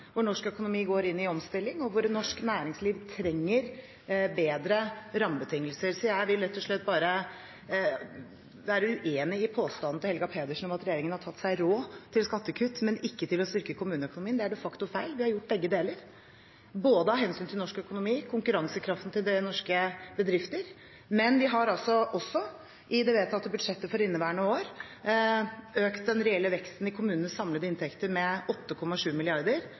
norsk økonomi går inn i omstilling, og hvor norsk næringsliv trenger bedre rammebetingelser. Så jeg vil rett og slett være uenig i påstanden til Helga Pedersen om at regjeringen har tatt seg råd til skattekutt, men ikke til å styrke kommuneøkonomien. Det er de facto feil. Vi har gjort begge deler. Vi har tatt hensyn til både norsk økonomi og konkurransekraften til norske bedrifter, og vi har i det vedtatte budsjettet for inneværende år økt den reelle veksten i kommunenes samlede inntekter med 8,7